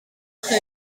chi